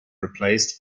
replaced